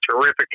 terrific